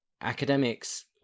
academics